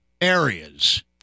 areas